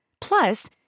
Plus